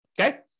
Okay